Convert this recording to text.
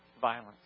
violence